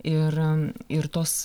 ir ir tos